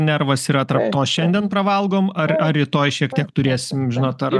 nervas yra tarp to šiandien pravalgom ar ar rytoj šiek tiek turėsim žinot ar